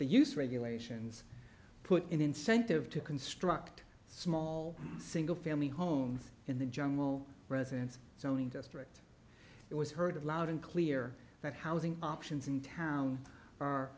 the use regulations put in incentive to construct small single family homes in the jungle residence zoning district it was heard loud and clear that housing options in town are